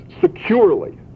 securely